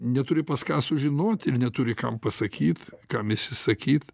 neturi pas ką sužinot ir neturi kam pasakyt kam išsisakyt